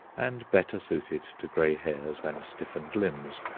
and better suited to grey hairs and stiffened limbs.